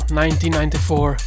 1994